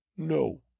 No